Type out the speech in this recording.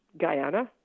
Guyana